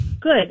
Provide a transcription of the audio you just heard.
Good